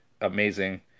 amazing